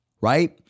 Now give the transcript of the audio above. right